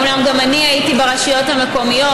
אומנם גם אני הייתי ברשויות המקומיות,